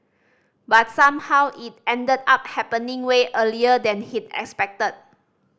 but somehow it ended up happening way earlier than he'd expected